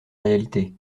réalité